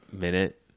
minute